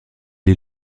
est